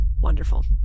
Wonderful